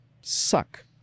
suck